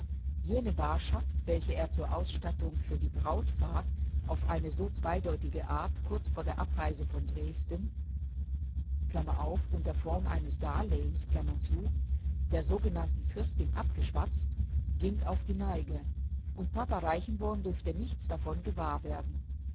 jene baarschaft welche er zur ausstattung für die brautfahrt auf eine so zweideutige art kurz vor der abreise von dresden der sogenannten fürstin abgeschwatzt ging auf die neige und papa reichenborn durfte nichts davon gewahr werden